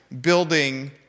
building